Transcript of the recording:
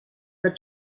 the